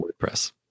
WordPress